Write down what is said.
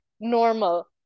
normal